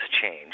change